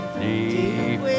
deep